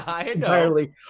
entirely